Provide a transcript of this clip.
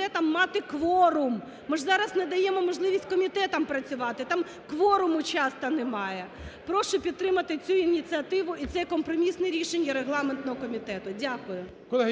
Колеги,